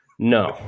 No